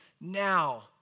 Now